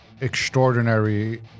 extraordinary